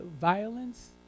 violence